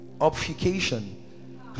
obfuscation